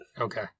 Okay